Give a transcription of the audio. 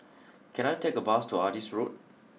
can I take a bus to Adis Road